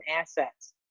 assets